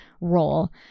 role